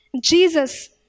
Jesus